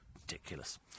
Ridiculous